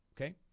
okay